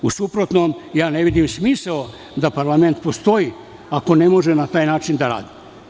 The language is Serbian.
U suprotnom, ne vidim smisao da parlament postoji, ako ne može na taj način da radi.